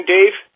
Dave